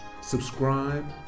subscribe